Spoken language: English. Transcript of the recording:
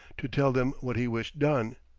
to tell them what he wished done,